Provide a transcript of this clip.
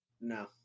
No